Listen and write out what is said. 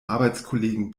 arbeitskollegen